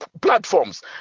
platforms